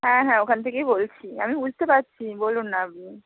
হ্যাঁ হ্যাঁ ওখান থেকেই বলছি আমি বুঝতে পারছি বলুন না আপনি